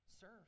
Serve